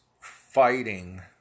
fighting